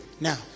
Now